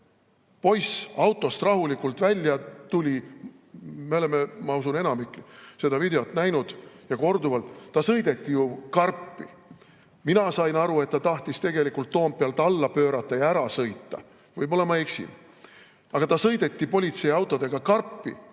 poiss autost rahulikult välja tuli. Me oleme, ma usun, enamik seda videot näinud, ja korduvalt. Ta sõideti ju karpi. Mina sain aru, et ta tahtis tegelikult Toompealt alla pöörata ja ära sõita. Võib-olla ma eksin. Aga ta sõideti politseiautodega karpi